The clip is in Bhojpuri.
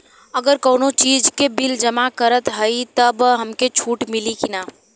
अगर कउनो चीज़ के बिल जमा करत हई तब हमके छूट मिली कि ना?